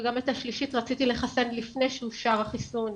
וגם את השלישית רציתי לחסן לפני שאושר החיסון.